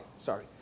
sorry